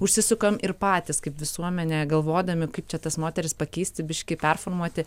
užsisukam ir patys kaip visuomenė galvodami kaip čia tas moteris pakeisti biškį performuoti